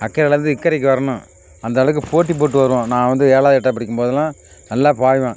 அக்கரையில் இருந்து இக்கரைக்கு வரணும் அந்த அளவுக்கு போட்டி போட்டு வருவோம் நான் வந்து ஏழாவது எட்டாவது படிக்கும் போதுலாம் நல்லா பாய்வேன்